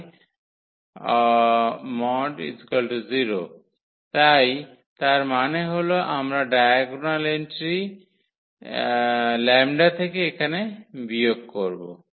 0 তাই তার মানে হল আমরা ডায়াগোনাল এন্ট্রি λ থেকে এখানে বিয়োগ করব